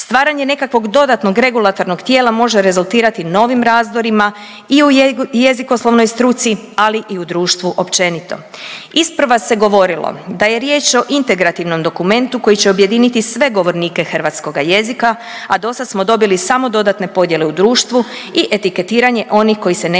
Stvaranje nekakvog dodatnog regulatornog tijela može rezultirati novim razdorima i u jezikoslovnoj struci, ali i u društvu općenito. Isprva se govorilo da je riječ o integrativnom dokumentu koji će objediniti sve govornike hrvatskoga jezika, a dosad smo dobili samo dodatne podjele u društvu i etiketiranje onih koji se ne